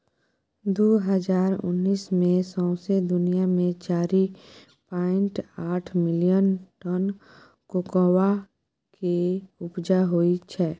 दु हजार उन्नैस मे सौंसे दुनियाँ मे चारि पाइंट आठ मिलियन टन कोकोआ केँ उपजा होइ छै